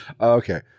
Okay